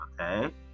Okay